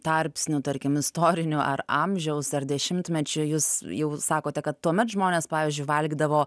tarpsniu tarkim istoriniu ar amžiaus ar dešimtmečiu jūs jau sakote kad tuomet žmonės pavyzdžiui valgydavo